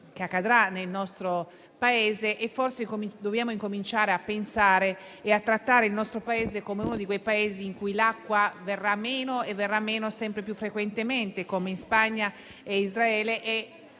che accadrà nel nostro Paese. Forse dobbiamo cominciare a pensare e a trattare il nostro Paese come uno di quelli in cui l'acqua verrà meno e sempre più frequentemente, come in Spagna e Israele,